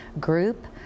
group